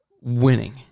winning